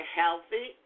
healthy